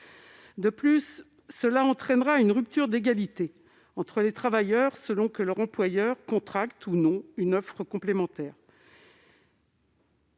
De plus, cela entraînera une rupture d'égalité entre les travailleurs, selon que leur employeur contracte ou non une offre complémentaire.